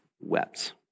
wept